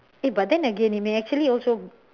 eh but then again it may actually also